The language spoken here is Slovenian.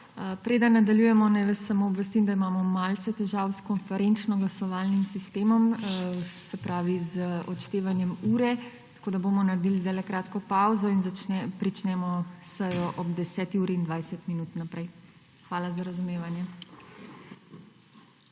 Preden nadaljujemo, naj vas samo obvestim, da imamo malce težav s konferenčno-glasovalnim sistemom, se pravi z odštevanjem ure. Tako da bomo naredili zdajle kratko pavzo in nadaljujemo sejo ob 10. uri in 20 minut. Hvala za razumevanje.